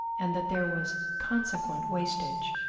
and that there was consequent wastage.